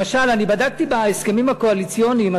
למשל, אני בדקתי בהסכמים הקואליציוניים.